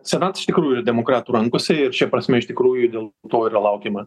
senatas iš tikrųjų demokratų rankose ir šia prasme iš tikrųjų dėl to yra laukiama